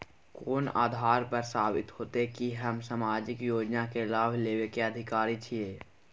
कोन आधार पर साबित हेते की हम सामाजिक योजना के लाभ लेबे के अधिकारी छिये?